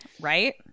Right